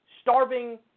starving